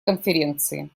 конференции